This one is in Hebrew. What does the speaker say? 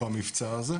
במבצע הזה,